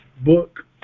book